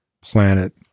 planet